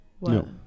No